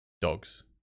dogs